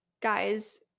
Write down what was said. guys